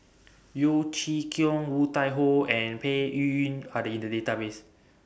Yeo Chee Kiong Woon Tai Ho and Peng Yuyun Are The in The Database